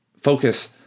focus